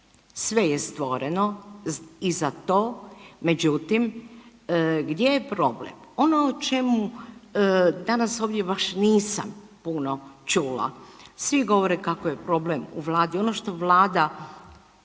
sve je stvoreno i za to. Međutim, gdje je problem? Ono o čemu danas ovdje baš nisam puno čula, svi govore kako je problem u vladi, ono što vlada